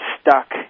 stuck